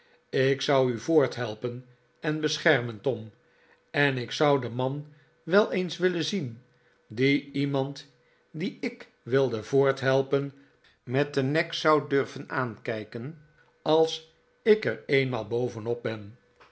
ik zou u voorthelpen en beschermen tom en ik zou den man wel eens willen zien die iemand dien ik wilde voorthelpen met den nek zou durven aankijken als ik er eenmaal bovenop ben